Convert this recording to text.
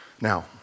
Now